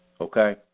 okay